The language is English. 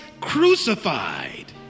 crucified